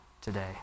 today